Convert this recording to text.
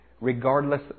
regardless